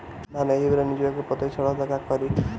धान एही बेरा निचवा के पतयी सड़ता का करी?